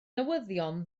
newyddion